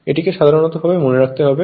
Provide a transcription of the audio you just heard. এটিকে সাধারণভাবে মনে রাখতে হবে